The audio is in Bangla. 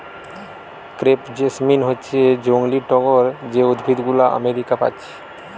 ক্রেপ জেসমিন হচ্ছে জংলি টগর যে উদ্ভিদ গুলো আমেরিকা পাচ্ছি